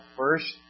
first